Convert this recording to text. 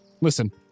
listen